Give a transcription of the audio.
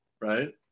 right